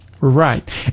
Right